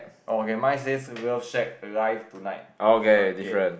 oh okay mine says love shack live today